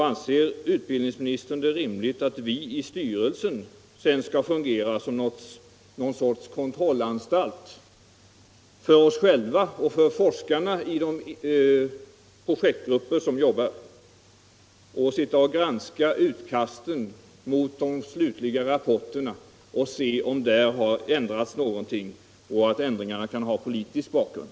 Anser utbildningsministern det rimligt att vi i styrelsen sedan skall fungera som någon sorts kontrollanstalt för oss själva och för forskarna i de olika projektgrupperna och sitta och granska utkasten mot de slutliga rapporterna för att se om där har ändrats något och om ändringarna kan ha politisk bakgrund?